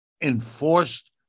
enforced